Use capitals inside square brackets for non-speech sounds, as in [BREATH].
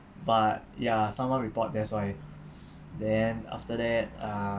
but ya someone report that's why [BREATH] then after that uh